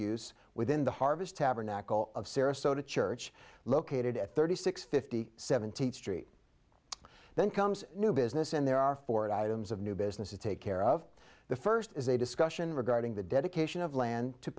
use within the harvest tabernacle of sarasota church located at thirty six fifty seventeenth street then comes new business and there are four of items of new business to take care of the first is a discussion regarding the dedication of land to